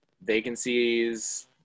vacancies